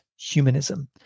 humanism